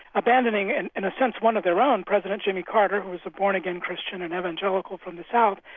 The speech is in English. abandoning in in a sense, one of their own, president jimmy carter who was a born-again christian and evangelical from the south,